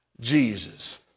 Jesus